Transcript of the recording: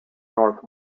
north